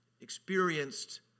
experienced